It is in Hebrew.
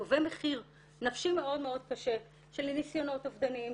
גובה מחיר נפשי מאוד מאוד קשה של ניסיונות אובדניים,